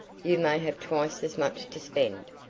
you may have twice as much to spend.